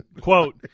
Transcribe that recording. Quote